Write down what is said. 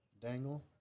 dangle